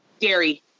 Gary